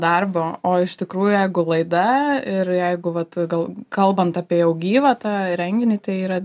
darbo o iš tikrųjų jeigu laida ir jeigu vat gal kalbant apie jau gyvą tą renginį tai yra